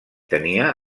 tenia